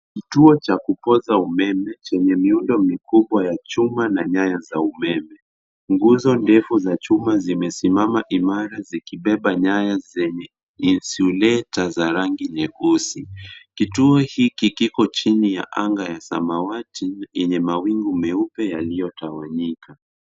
Kituo cha kupoza umeme chenye miundo mikubwa ya chuma na nyaya za umeme. Nguzo ndefu za chuma zimesimama imara zikibeba nyaya zenye insuleta za rangi nyeusi. Kituo hiki kiko chini ya anga ya samawati yenye mawingu meupe yaliyotawanyika.